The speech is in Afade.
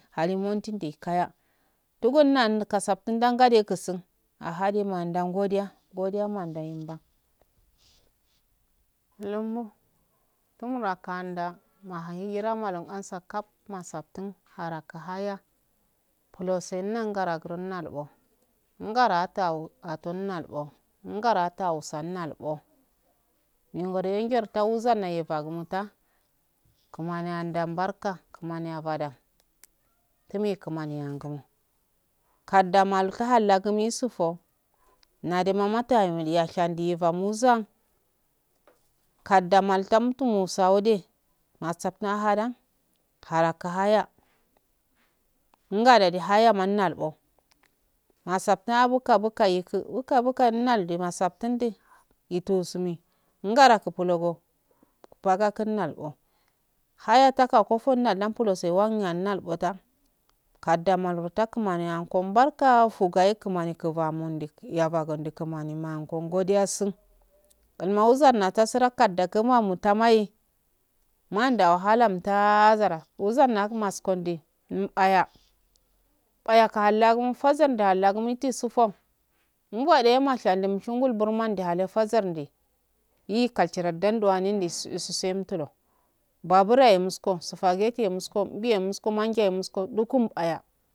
Hali maiti nde kaya dugun na'un kasaftin naunga de kusan nangade kusun ahadema nahuan godiya manda mandeyem ban lunma tunura kan nde mahan ahijira malu asan kap masaftin araka ahaya buluse unnagar grom nalbo ungara ata atom nal bo ungana ata usann nalbo mehungoroye nzarfta wuzana'a nahe fagumanta kuman yahdau barki kumani bada tume kumar yau gumo kaddama tuhamagi sufo nadema matahel wuliya ohandi eban wuzan kaddam maltam tumu saode masattin ahada ka aka ahaya ngadade hayama ndalbo nasaftin a buka-buka tiku buka-buka umandi masafti yitowo simi ungaraku plogi baga kumalbo hayataka kofo nanan buloseye wan nan butan kadda malbo tukumiya akon barka kumanima gon godiyasun galma wuzun natasarakad da kumama matalin mand wahalanta ta zara wuzan nagaskode mbaya bayi ka hallagomo fazanda hallagumo nitisuto nuode mashamu msungal barmaye ndahe fazalnde yi kalcharal danda hanende isu suwen tudo babr yahe musko sufageti ye muko mbiye musko manjaje musko lukumbaye.